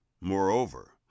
moreover